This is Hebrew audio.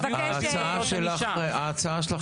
ההצעה שלך